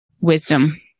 wisdom